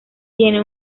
tiene